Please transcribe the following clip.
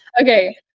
okay